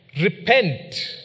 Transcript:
Repent